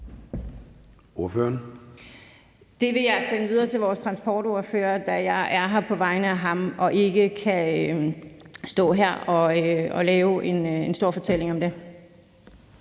Det vil jeg sende videre til vores transportordfører, da jeg er her på vegne af ham og jeg ikke kan stå her og lave en stor fortælling om det.